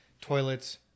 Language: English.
Toilets